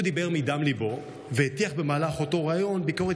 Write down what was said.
הוא דיבר מדם ליבו והטיח במהלך אותו ריאיון ביקורת